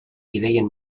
ideien